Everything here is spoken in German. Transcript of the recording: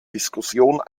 diskussion